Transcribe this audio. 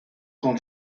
con